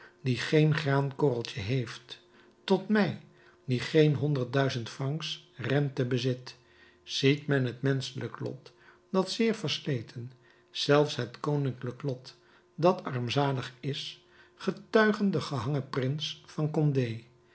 die geen graankorreltje heeft tot mij die geen honderd duizend francs rente bezit ziet men het menschelijk lot dat zeer versleten zelfs het koninklijk lot dat armzalig is getuige den gehangen prins van condé